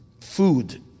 food